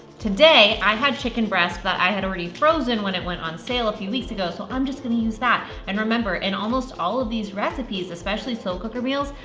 today i had chicken breast that i had already frozen when it went on sale a few weeks ago, so i'm just gonna use that. and remember, in almost all of these recipes, especially slow cooker meals,